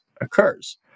occurs